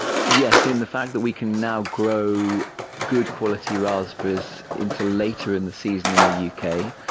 yes, in the fact that we can now grow good quality raspberries into later in the season in the u k,